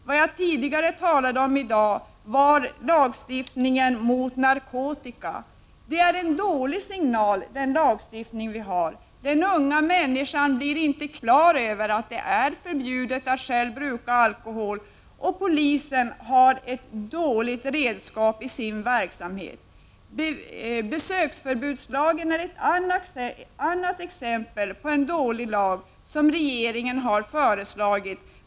Tidigare i dag talade jag om lagstiftningen mot narkotika. Det är en dålig signal som ges i den lagstiftning vi har. Ungdomar blir inte klara över att det är förbjudet för dem att själva bruka alkohol, och polisen har ett dåligt redskap i sin verksamhet. Besöksförbudslagen är ett annat exempel på en dålig lag som regeringen har föreslagit.